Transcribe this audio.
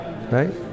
Right